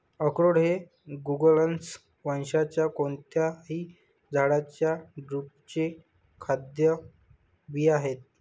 अक्रोड हे जुगलन्स वंशाच्या कोणत्याही झाडाच्या ड्रुपचे खाद्य बिया आहेत